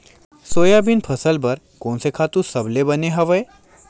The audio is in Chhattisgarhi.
सोयाबीन फसल बर कोन से खातु सबले बने हवय?